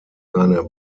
seine